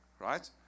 right